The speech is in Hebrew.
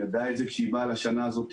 היא ידעה את זה כאשר היא באה לשנה הזאת.